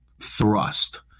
thrust